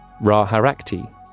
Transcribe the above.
Ra-Harakti